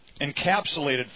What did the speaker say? encapsulated